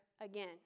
again